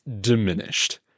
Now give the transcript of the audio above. diminished